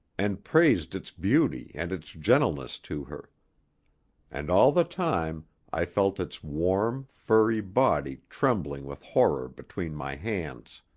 and praised its beauty and its gentleness to her and all the time i felt its warm, furry body trembling with horror between my hands.